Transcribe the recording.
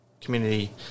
community